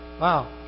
Wow